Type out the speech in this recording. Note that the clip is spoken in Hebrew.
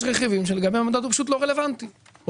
יש רכיבים שלגביהם המדד רלוונטי מתוך עלות הדירה הכוללת.